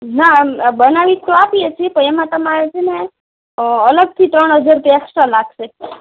ના બનાવી તો આપીએ છીએ પણ એમાં તમારે છે ને અલગથી ત્રણ હજાર રૂપિયા ઍક્સ્ટ્રા લાગશે